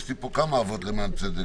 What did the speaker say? כבוד היושב-ראש,